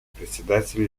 председателя